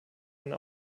eine